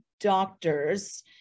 doctors